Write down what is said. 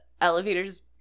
elevator's